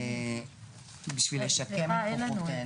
בשביל לשקם את כוחותינו.